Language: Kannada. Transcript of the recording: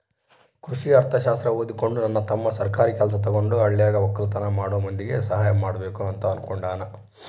ಕೃಷಿ ಅರ್ಥಶಾಸ್ತ್ರ ಓದಿಕೊಂಡು ನನ್ನ ತಮ್ಮ ಸರ್ಕಾರಿ ಕೆಲ್ಸ ತಗಂಡು ಹಳ್ಳಿಗ ವಕ್ಕಲತನ ಮಾಡೋ ಮಂದಿಗೆ ಸಹಾಯ ಮಾಡಬಕು ಅಂತ ಅನ್ನುಕೊಂಡನ